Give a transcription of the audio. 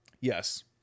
Yes